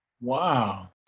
Wow